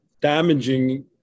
damaging